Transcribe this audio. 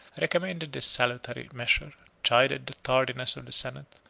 recommended this salutary measure, chided the tardiness of the senate,